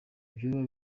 vyoba